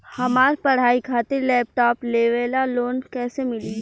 हमार पढ़ाई खातिर लैपटाप लेवे ला लोन कैसे मिली?